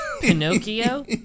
Pinocchio